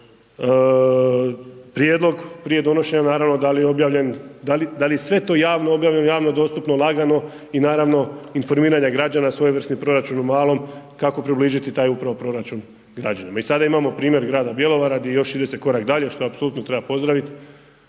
prijedlog prije donošenja naravno, da li je objavljen, da li je sve to javno objavljeno, javno dostupno, lagano i naravno informiranje građana, svojevrsni proračun u malom, kako približiti upravo taj upravo proračun građanima. I sada imamo primjer grada Bjelovara di još ide se korak dalje što apsolutno treba pozdravit